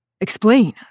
Explain